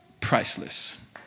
Priceless